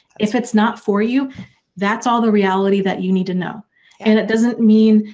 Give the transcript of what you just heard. if it's not for you that's all the reality that you need to know and it doesn't mean.